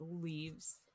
leaves